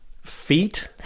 Feet